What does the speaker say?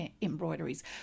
embroideries